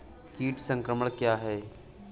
कीट संक्रमण क्या है?